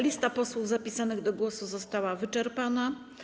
Lista posłów zapisanych do głosu została wyczerpana.